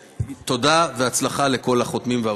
תודה, והצלחה לכל החותמים.